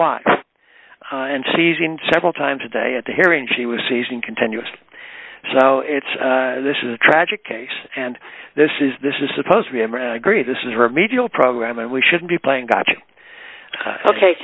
lot and she's in several times a day at the here and she was seizing continuously so it's this is a tragic case and this is this is supposed to be a magri this is remedial program and we shouldn't be playing gotcha ok